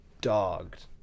dogged